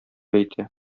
әйтә